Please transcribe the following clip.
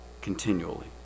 continually